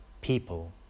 people